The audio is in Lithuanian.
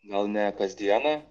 gal ne kasdieną